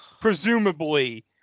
presumably